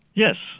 yes.